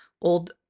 old